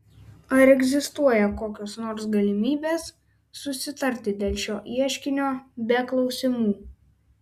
ar egzistuoja kokios nors galimybės susitarti dėl šio ieškinio be klausymų